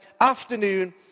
afternoon